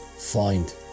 Find